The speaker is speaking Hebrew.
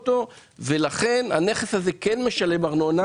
ולכן הנכסים האלה כן משלמים ארנונה,